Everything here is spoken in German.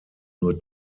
nur